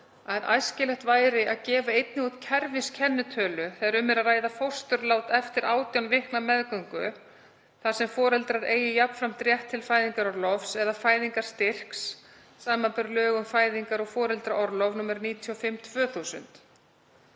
að æskilegt væri að gefa einnig út kerfiskennitölu þegar um er að ræða fósturlát eftir 18 vikna meðgöngu, þar sem foreldrar eigi jafnframt rétt til fæðingarorlofs eða fæðingarstyrks, samanber lög um fæðingar- og foreldraorlof, nr. 95/2000.